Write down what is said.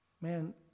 Man